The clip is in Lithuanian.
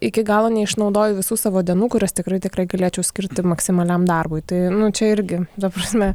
iki galo neišnaudoju visų savo dienų kurias tikrai tikrai galėčiau skirti maksimaliam darbui tai čia irgi ta prasme